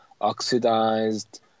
oxidized